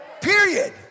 Period